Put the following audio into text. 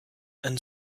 and